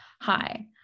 Hi